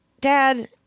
dad